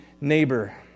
neighbor